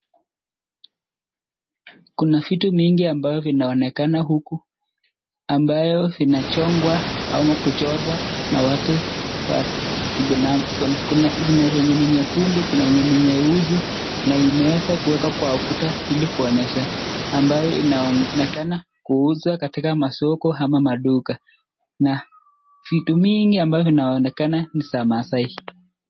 Kuna vitu mingi ambayo vinaonekana huku, ambayo vinachongwa au kuchorwa na watu wa kibinamu. Kuna yenye ni nyekundu, kuna yenye ni nyeusi na inaweza kuekwa kwa ukuta ili kuonyesha ambayo inaonekana kuuzwa katika masoko ama maduka na vitu mingi ambayo vinaonekana ni za maasai.